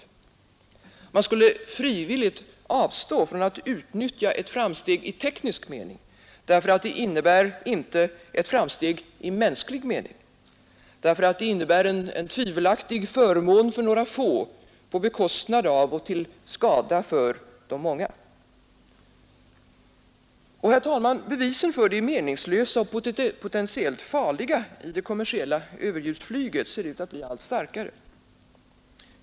Man skulle frivilligt avstå från att utnyttja ett framsteg i teknisk mening, därför att det innebär inte ett framsteg i mänsklig mening, därför att det innebär en tvivelaktig förmån för några få på bekostnad av och till skada för de många. Herr talman! Bevisen för det meningslösa och potentiellt farliga i det kommersiella överljudsflyget ser ut att bli allt starkare.